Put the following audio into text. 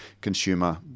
consumer